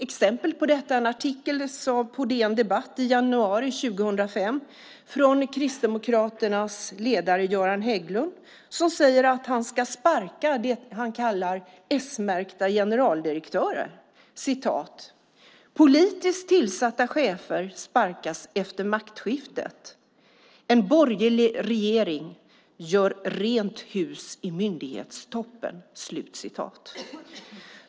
Exempel på detta är en artikel på DN Debatt i januari 2005 från Kristdemokraternas ledare Göran Hägglund, som säger att han ska sparka det han kallar s-märkta generaldirektörer: Politiskt tillsatta chefer sparkas efter maktskiftet! En borgerlig regering gör rent hus i myndighetstoppen!